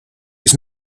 his